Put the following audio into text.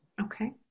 Okay